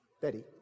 Betty